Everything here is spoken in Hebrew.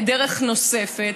בדרך נוספת,